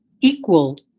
equal